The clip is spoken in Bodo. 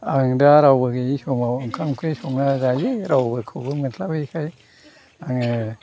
आं दा रावबो गैयै समाव ओंखाम ओंख्रि संना जायो रावखौबो मोनस्लाबैखाय आङो